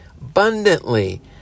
abundantly